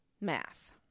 Math